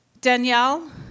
Danielle